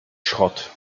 schrott